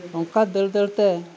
ᱚᱱᱠᱟ ᱫᱟᱹᱲ ᱫᱟᱹᱲᱛᱮ